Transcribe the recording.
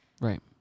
Right